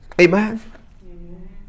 amen